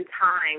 time